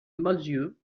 malzieu